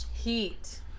heat